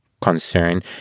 concern